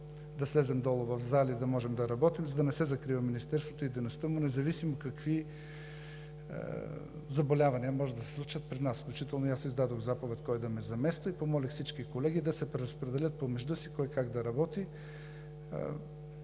да слезем долу в залите и да можем да работим, за да не се закрива Министерството и дейността му, независимо какви заболявания може да се случат при нас, включително издадох заповед кой да ме замества и помолих всички колеги да се преразпределят помежду си кой как да работи.